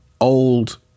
old